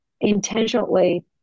intentionally